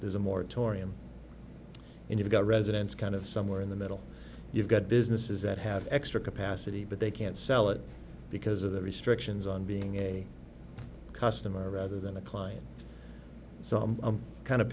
a moratorium and you've got residents kind of somewhere in the middle you've got businesses that have extra capacity but they can't sell it because of the restrictions on being a customer rather than a client so i'm kind of